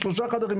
שלושה חדרים,